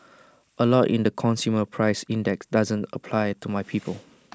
A lot in the consumer price index doesn't apply to my people